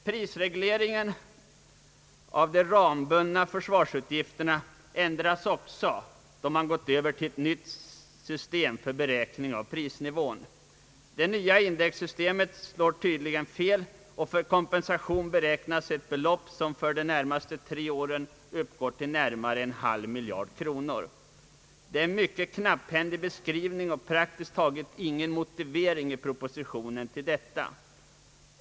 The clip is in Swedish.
Prisregleringen av de rambundna försvarsutgifterna ändras också, eftersom man övergått till ett nytt system för beräkning av prisnivån. Det nya indexsystemet slår tydligen fel och för att kompensera detta beräknas ett belopp som för de närmaste tre budgetåren uppgår till nära en halv miljard kronor. I propositionen ges en mycket knapphändig beskrivning och praktiskt taget inte någon motivering för detta förhållande.